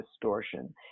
distortion